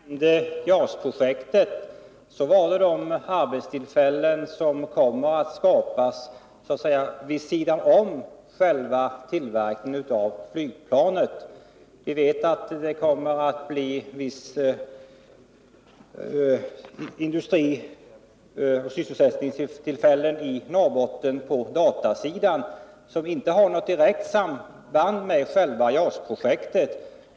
Herr talman! När jag nämnde JAS-projektet menade jag de arbetstillfällen som kommer att skapas vid sidan om själva tillverkningen av flygplanet. Vi vet att det kommer att bli viss industrisysselsättning i Norrbotten på datasidan, som inte har direkt samband med själva JAS-projektet.